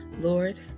lord